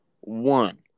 One